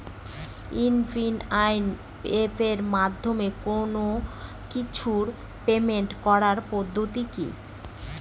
UPI এপের মাধ্যমে কোন কিছুর পেমেন্ট করার পদ্ধতি কি?